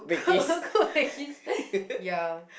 cook cook cookies ya